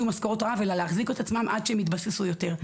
משכורות רעב אלא להחזיק את עצמם עד שהם יתבססו יותר.